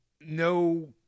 no